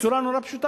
בצורה מאוד פשוטה.